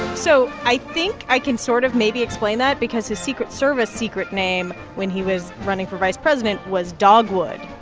so i think i can sort of maybe explain that because his secret service secret name when he was running for vice president was dogwood.